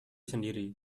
sendiri